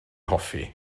hoffi